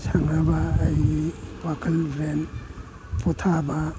ꯁꯥꯟꯅꯕ ꯑꯩꯒꯤ ꯋꯥꯈꯟ ꯕ꯭ꯔꯦꯟ ꯄꯣꯊꯥꯕ